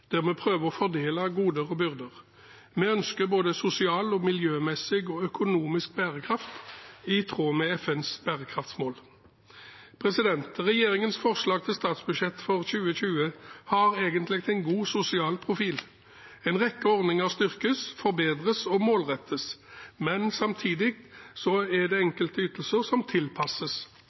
der vi prøver å fordele goder og byrder. Vi ønsker både sosial, miljømessig og økonomisk bærekraft, i tråd med FNs bærekraftsmål. Regjeringens forslag til statsbudsjett for 2020 har egentlig en god sosial profil. En rekke ordninger styrkes, forbedres og målrettes, men samtidig er det enkelte ytelser som tilpasses.